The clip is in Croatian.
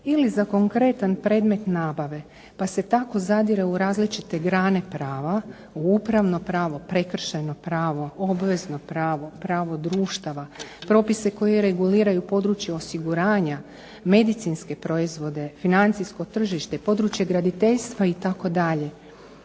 ili za konkretan predmet nabave, pa se tako zadire u različite grane prava, u upravno pravo, prekršajno pravo, obvezno pravo, pravo društava, propise koje reguliraju područja osiguranja, medicinske proizvode, financijske tržište, područje graditeljstva, itd.